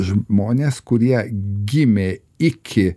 žmonės kurie gimė iki